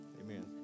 Amen